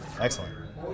excellent